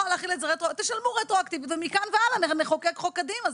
תשלמו רטרואקטיבית ומכאן והלאה נחוקק חוק קדימה.